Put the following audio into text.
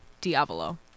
Diavolo